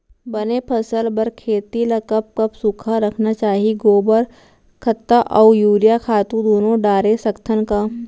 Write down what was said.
बने फसल बर खेती ल कब कब सूखा रखना चाही, गोबर खत्ता और यूरिया खातू दूनो डारे सकथन का?